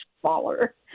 smaller